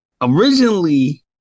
originally